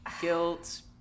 guilt